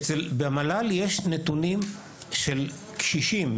ושם יש נתונים של קשישים.